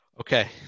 Okay